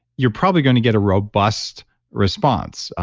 you're probably going to get a robust response.